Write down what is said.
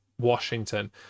Washington